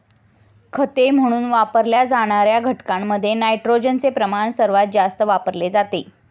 खते म्हणून वापरल्या जाणार्या घटकांमध्ये नायट्रोजनचे प्रमाण सर्वात जास्त वापरले जाते